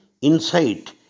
insight